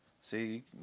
see